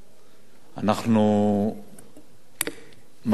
אנחנו מכירים את הבעיה,